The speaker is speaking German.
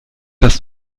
dass